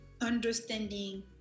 understanding